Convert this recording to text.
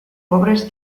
pobres